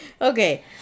Okay